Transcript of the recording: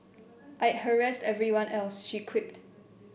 I'd harass everyone else she quipped